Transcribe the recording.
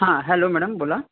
हां hello madam बोला